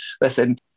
listen